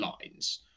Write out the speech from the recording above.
lines